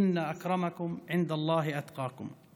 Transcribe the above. ואולם הנכבד מכולכם אצל אלוהים הוא הירא שבכם".)